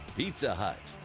pizza hut.